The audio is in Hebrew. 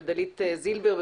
דלית זילבר,